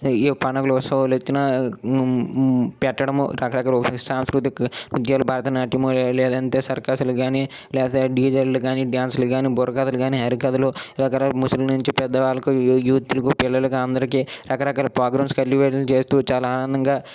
ఏ పండుగలు ఉత్సవాలు వచ్చిన పెట్టడము రకరకాల సాంస్కృతిక ఉద్యాలు భరతనాట్యము లేదంటే సర్కస్లు కానీ లేకపోతే డీజేలు కానీ డ్యాన్సులు కానీ బుర్రకథలు కానీ హరికథలు రకరకాల ముసలి నుంచి పెద్ద వాళ్ళకు యూ యూత్ కు పిల్లలకు అందరికీ రకరకాల ప్రోగ్రామ్స్ కల్టివేట్లు చేస్తూ చాలా ఆనందంగా